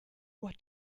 what